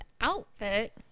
outfit